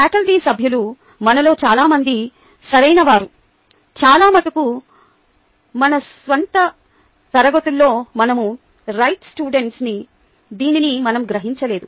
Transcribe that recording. faculty సభ్యులు మనలో చాలా మంది సరైనవారు చాలా మటుకు మన స్వంత తరగతుల్లో మనము రైట్ స్టూడెంట్స్ దీనిని మనము గ్రహించలేదు